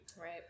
right